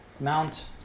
mount